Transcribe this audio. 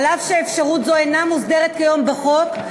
אף שאפשרות זו אינה מוסדרת כיום בחוק,